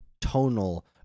tonal